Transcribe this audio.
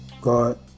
God